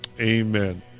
Amen